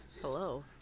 Hello